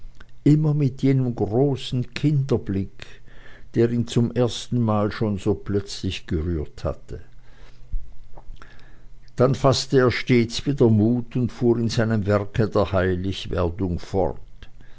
immer mit jenem großen kinderblick der ihn zum ersten mal schon so plötzlich gerührt hatte dann faßte er stets wieder mut und fuhr in seinem werke der heiligwerdung fort